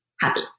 happy